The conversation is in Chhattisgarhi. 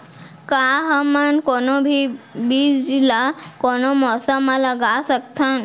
का हमन कोनो भी बीज ला कोनो मौसम म लगा सकथन?